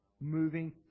moving